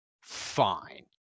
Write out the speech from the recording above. fine